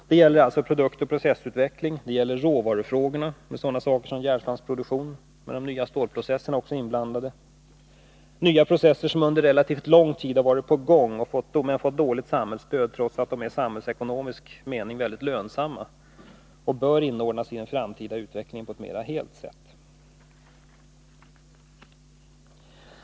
Det gäller alltså produktoch processutveckling, det gäller råvarufrågorna — med sådana saker som järnsvampsproduktion med de nya stålprocesserna. Det är nya processer som under relativt lång tid varit på gång, men fått dåligt samhällsstöd trots att de är i samhällsekonomisk mening mycket lönsamma. De bör inordnas i en framtida utveckling på ett helt annat sätt.